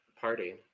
Party